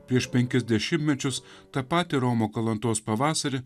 prieš penkis dešimtmečius tą patį romo kalantos pavasarį